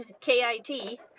K-I-T